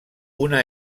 una